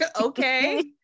Okay